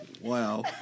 Wow